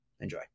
Enjoy